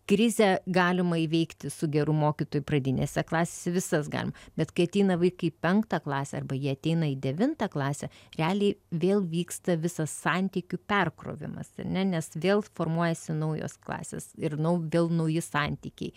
krizę galima įveikti su geru mokytoju pradinėse klasėse visas galima net kai ateina vaikai į penktą klasę arba jie ateina į devintą klasę realiai vėl vyksta visą santykių perkrovimas nes vėl formuojasi naujos klasės ir nau vėl nauji santykiai